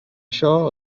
això